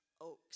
oaks